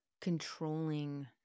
controlling